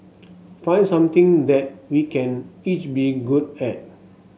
find something that we can each be good at